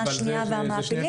השנייה והמעפילים.